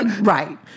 Right